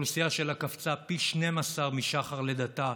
האוכלוסייה שלה קפצה פי 12 משחר לידתה,